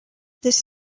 this